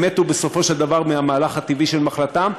הם מתו בסופו של דבר מהמהלך הטבעי של מחלתם,